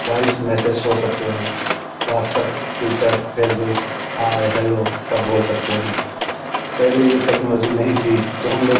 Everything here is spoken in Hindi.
वॉयस मैसेज छोड़ सकते हैं WhatsApp Twitter Facebook hi hello सब बोल सकते हैं पहले ये टेक्नौलौजी नहीं थी तो हमलोग